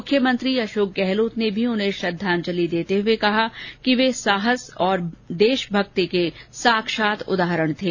मुख्यमंत्री अशोक गहलोत ने भी उन्हें श्रद्वांजलि देते हुए कहा कि वे साहस और देशभक्ति के साक्षात उदाहरण थे